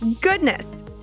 goodness